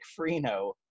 Freno